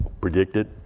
Predicted